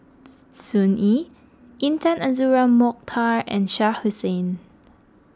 Sun Yee Intan Azura Mokhtar and Shah Hussain